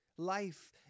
Life